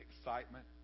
excitement